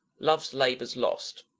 love's labour's lost